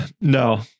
no